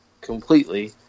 completely